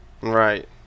Right